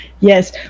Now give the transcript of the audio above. yes